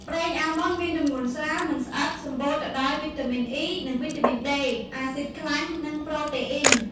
ប្រេងអាល់ម៉ុន មានទម្ងន់ស្រាល មិនស្អិត សម្បូរទៅដោយវីតាមីន អុី (E) វីតាមីន ដេ (D) អាស៊ីដខ្លាញ់ និងប្រូតេអ៊ីន។